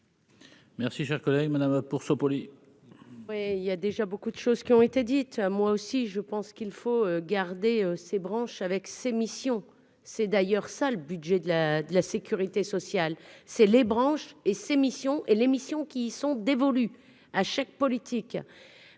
Merci, cher collègue Madame pour ce. Oui, il y a déjà beaucoup de choses qui ont été dites, moi aussi, je pense qu'il faut garder ses branches avec ses missions, c'est d'ailleurs ça le budget de la de la sécurité sociale, c'est les branches et ses missions et les missions qui sont dévolues à chaque politique